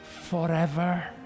forever